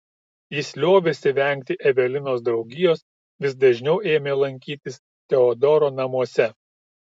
jis liovėsi vengti evelinos draugijos vis dažniau ėmė lankytis teodoro namuose